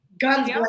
guns